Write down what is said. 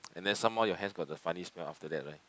and then some more your hands got the funny smell after that right